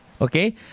okay